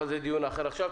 אבל זה דיון אחר עכשיו.